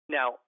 Now